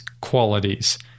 qualities